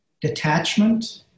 detachment